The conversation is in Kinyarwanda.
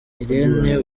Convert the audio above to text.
irene